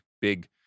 big